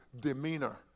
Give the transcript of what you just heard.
demeanor